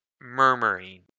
murmuring